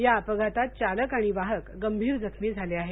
या अपघातात चालक आणि वाहक गंभीर जखमी झाले आहेत